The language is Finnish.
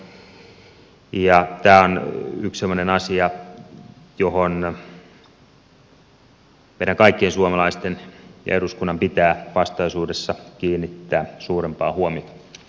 tämä on yksi semmoinen asia johon meidän kaikkien suomalaisten ja eduskunnan pitää vastaisuudessa kiinnittää suurempaa huomiota